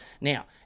Now